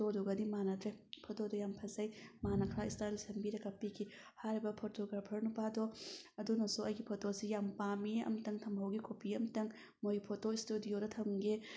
ꯐꯣꯇꯣꯗꯨꯒꯗꯤ ꯃꯥꯅꯗ꯭ꯔꯦ ꯐꯣꯇꯣꯗ ꯌꯥꯝ ꯐꯖꯩ ꯃꯥꯅ ꯈꯔ ꯏꯁꯇꯥꯏꯜ ꯁꯦꯝꯕꯤꯔꯒ ꯀꯥꯞꯄꯤꯈꯤ ꯍꯥꯏꯔꯤꯕ ꯐꯣꯇꯣꯒ꯭ꯔꯥꯐꯔ ꯅꯨꯄꯥꯗꯣ ꯑꯗꯨꯅꯁꯨ ꯑꯩꯒꯤ ꯐꯣꯇꯣꯁꯦ ꯌꯥꯝꯅ ꯄꯥꯝꯃꯤ ꯑꯃꯇꯪ ꯊꯝꯍꯧꯒꯦ ꯀꯣꯄꯤ ꯑꯃꯇꯪ ꯃꯣꯏ ꯐꯣꯇꯣ ꯏꯁꯇꯨꯗꯤꯑꯣꯗ ꯊꯝꯒꯦ